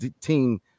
team